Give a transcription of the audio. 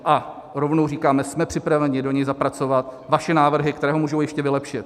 A rovnou říkáme, jsme připraveni do něj zapracovat vaše návrhy, které ho můžou ještě vylepšit.